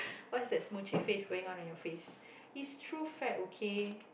what's that face going on in your face it's true fact okay